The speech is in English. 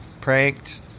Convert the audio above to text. pranked